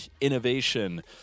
innovation